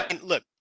Look